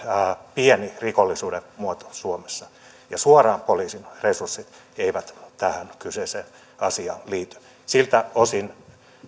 pieni rikollisuuden muoto suomessa ja suoraan poliisin resurssit eivät tähän kyseiseen asiaan liity siltä osin